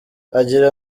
agira